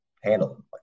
handle